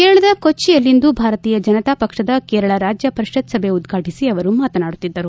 ಕೇರಳದ ಕೊಚ್ವಿಯಲ್ಲಿಂದು ಭಾರತೀಯ ಜನತಾ ಪಕ್ಷದ ಕೇರಳ ರಾಜ್ಯ ಪರಿಷತ್ ಸಭೆ ಉದ್ವಾಟಿಸಿ ಅವರು ಮಾತನಾಡುತ್ತಿದ್ದರು